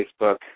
Facebook